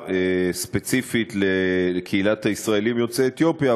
ספציפית לקהילת הישראלים יוצאי אתיופיה,